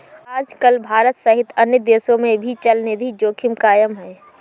आजकल भारत सहित अन्य देशों में भी चलनिधि जोखिम कायम है